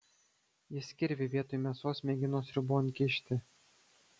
jis kirvį vietoj mėsos mėgino sriubon kišti